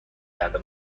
کرده